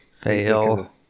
fail